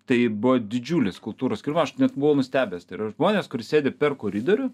tai buvo didžiulis kultūrų aš net buvau nustebęs tai yra žmonės kurie sėdi per koridorių